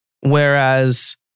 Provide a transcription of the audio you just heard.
Whereas